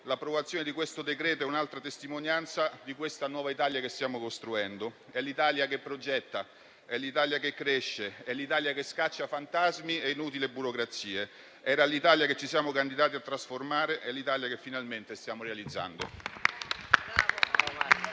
l'approvazione di questo decreto è un'altra testimonianza di questa nuova Italia che stiamo costruendo. È l'Italia che progetta, è l'Italia che cresce, è l'Italia che scaccia fantasmi e inutili burocrazie. Era l'Italia che ci siamo candidati a trasformare ed è l'Italia che finalmente siamo realizzando.